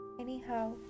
Anyhow